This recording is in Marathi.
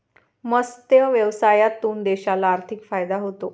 मत्स्य व्यवसायातून देशाला आर्थिक फायदा होतो